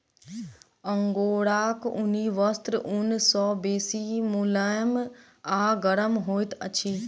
अंगोराक ऊनी वस्त्र ऊन सॅ बेसी मुलैम आ गरम होइत अछि